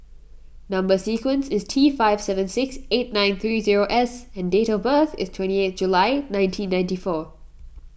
Number Sequence is T five seven six eight nine three zero S and date of birth is twenty eighth July nineteen ninety four